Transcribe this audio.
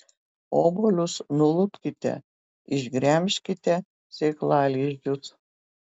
obuolius nulupkite išgremžkite sėklalizdžius